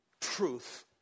truth